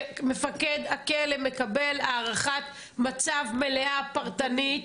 שמפקד הכלא מקבל הערכת מצב מלאה פרטנית?